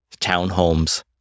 townhomes